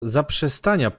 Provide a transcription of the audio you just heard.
zaprzestania